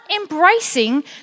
embracing